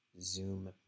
Zoom